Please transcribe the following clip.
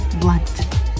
blunt